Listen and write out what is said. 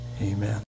amen